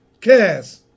cast